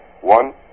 One